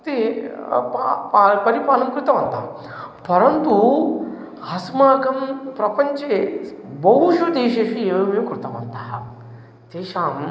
ते प पा परिपालं कृतवन्तः परन्तु अस्माकं प्रपञ्चे बहुषु देशेषु एवमेव कृतवन्तः तेषाम्